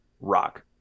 rock